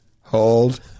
hold